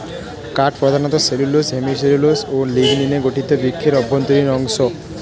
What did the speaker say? কাঠ প্রধানত cellulose, hemicellulose ও লিগনিনে গঠিত বৃক্ষের অভ্যন্তরীণ অংশ